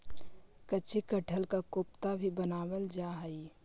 कच्चे कटहल का कोफ्ता भी बनावाल जा हई